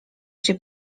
się